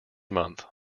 month